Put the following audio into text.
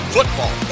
Football